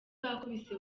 bakubise